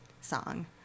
song